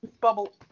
bubble